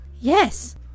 Yes